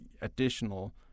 additional